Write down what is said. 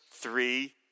three